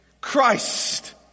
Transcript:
Christ